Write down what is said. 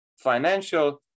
financial